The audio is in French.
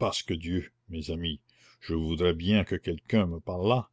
pasque dieu mes amis je voudrais bien que quelqu'un me parlât